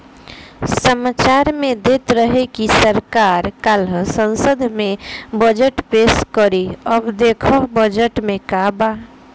सामाचार में देत रहे की सरकार काल्ह संसद में बजट पेस करी अब देखऽ बजट में का बा